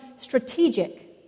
strategic